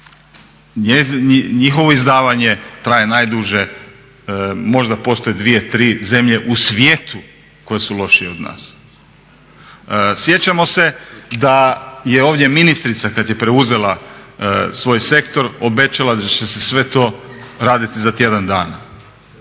Njihovo izdavanje traje najduže, možda postoje 2-3 zemlje u svijetu koje su lošije od nas. Sjećamo se da je ovdje ministrica kad je preuzela svoj sektor obećala da će se sve to raditi za tjedan dana.